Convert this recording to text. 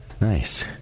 Nice